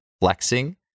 flexing